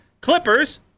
Clippers